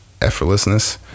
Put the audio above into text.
effortlessness